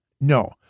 No